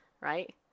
right